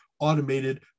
automated